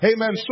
Amen